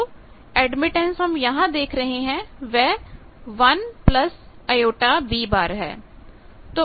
जो एडमिटेंस हम यहां देख रहे हैं वह 1jB है